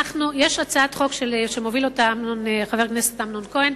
יש הצעת חוק שמובילים אותה חבר הכנסת אמנון כהן,